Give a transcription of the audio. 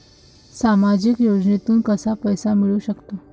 सामाजिक योजनेतून कसा पैसा मिळू सकतो?